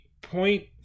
point-